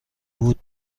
بود